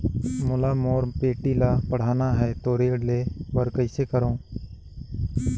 मोला मोर बेटी ला पढ़ाना है तो ऋण ले बर कइसे करो